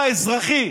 בכלל, בהיבט האזרחי,